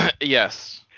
Yes